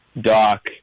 doc